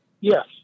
Yes